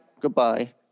goodbye